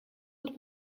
het